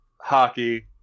hockey